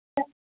त